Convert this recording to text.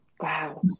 Wow